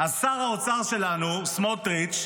אז שר האוצר שלנו סמוטריץ,